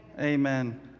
Amen